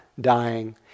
dying